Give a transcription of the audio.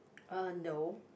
uh no